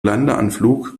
landeanflug